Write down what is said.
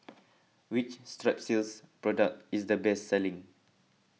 which Strepsils product is the best selling